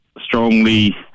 strongly